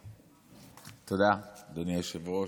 תודה, אדוני היושב-ראש.